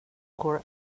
går